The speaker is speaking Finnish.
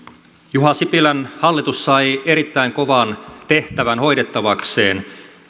juha sipilän hallitus sai erittäin kovan tehtävän hoidettavakseen